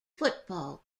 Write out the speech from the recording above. football